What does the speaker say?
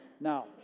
Now